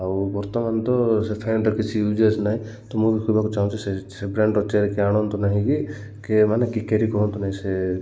ଆଉ ବର୍ତ୍ତମାନ ତ ସେ ଫ୍ୟାନଟାର କିଛି ୟୁଜେସ୍ ନାହିଁ ତ ମୁଁ ବି କହିବାକୁ ଚାହୁଁଛି ସେ ବ୍ରାଣ୍ଡର ଚେୟାର କିଏ ଆଣନ୍ତୁ ନାହିଁ କିଏ ମାନେ କି କ୍ୟାରୀ କରନ୍ତୁ ନାହିଁ ସେ